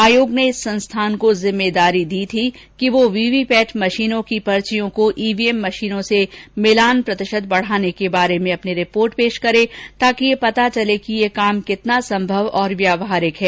आयोग ने इस संस्थान को जिर्म्मेदारी दी थी कि वह वीवीपैट मशीनों की पर्चियों को ईवीएम मशीनों से मिलान प्रतिशत बढ़ाने के बारे में अपनी रिपोर्ट पेश करे ताकि यह पता चले कि यह काम कितना संभव और व्यावहारिक है